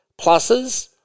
Pluses